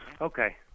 Okay